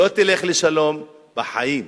לא תלך לשלום בחיים.